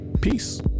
peace